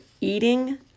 Eating